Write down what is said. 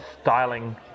styling